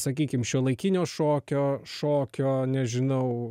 sakykim šiuolaikinio šokio šokio nežinau